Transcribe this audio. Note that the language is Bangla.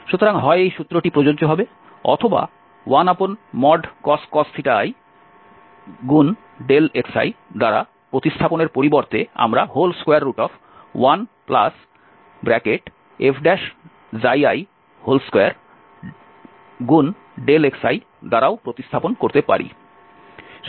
সুতরাং হয় এই সূত্রটি প্রযোজ্য হবে অথবা 1cos i xiদ্বারা প্রতিস্থাপনের পরিবর্তে আমরা 1fi2Δxi দ্বারাও প্রতিস্থাপন করতে পারি